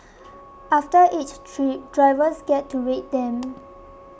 after each trip drivers get to rate them